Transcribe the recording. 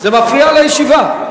זה מפריע לישיבה.